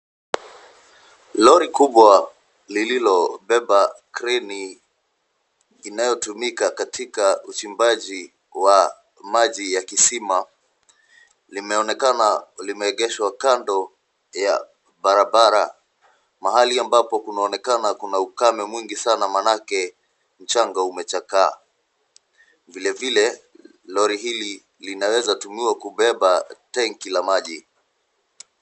Lori kubwa lililobeba kreni inayotumika katika uchimbaji wa maji ya kisima; limeonekana limeegeshwa kando ya barabara mahali ambapo kunaonekana kuna ukame mwingi sana maanake mchanga umechakaa. Vile vile lori hili linaweza tumiwa kubeba tenki la maji.